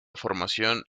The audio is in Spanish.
formación